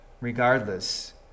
regardless